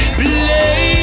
play